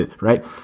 right